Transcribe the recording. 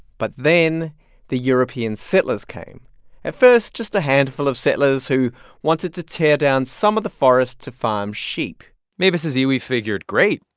but then the european settlers came at first, just a handful of settlers who wanted to tear down some of the forest to farm sheep mavis's iwi figured, great.